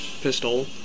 pistol